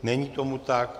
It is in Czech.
Není tomu tak.